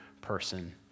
person